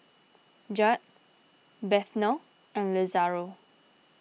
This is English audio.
Judd Bethel and Lazaro